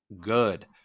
good